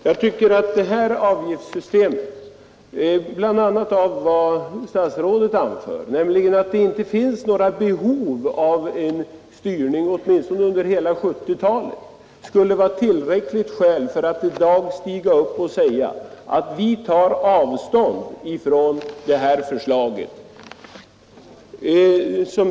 Jag tycker att när statsrådet själv anför att det inte finns några behov av en styrning, åtminstone inte under 1970-talet, skulle det vara tillräckligt skäl för att i dag deklarera att regeringen tar avstånd ifrån det här förslaget.